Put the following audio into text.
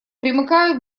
примыкают